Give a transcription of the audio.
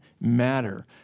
matter